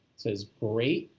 says great,